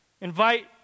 Invite